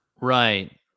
right